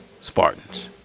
spartans